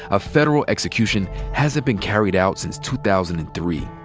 a federal execution hasn't been carried out since two thousand and three.